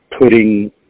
putting